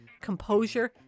composure